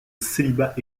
célibat